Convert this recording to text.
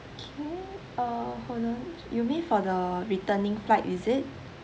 okay uh hold on you mean for the returning flight is it